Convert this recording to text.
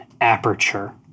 aperture